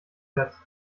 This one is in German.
herz